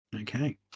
Okay